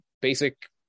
Basic